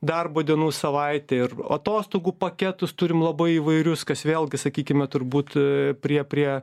darbo dienų savaitę ir atostogų paketus turim labai įvairius kas vėlgi sakykime turbūt prie prie